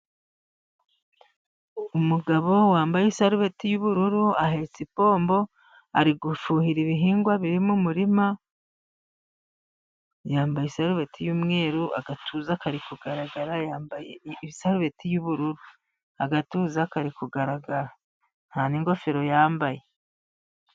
Umugabo wambaye isarubeti y'ubururu ahetse ipombo, ari gufuhira ibihingwa biri mu murima, yambaye isarubeti y'umweru agatuza kari kugaragara yambaye isarubeti y'ubururu agatuza kari kugaragara ,nta n'ingofero yambaye.